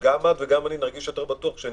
גם את וגם אני נרגיש יותר בטוח כשאני